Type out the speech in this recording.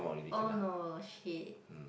oh no shit